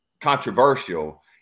controversial